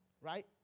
right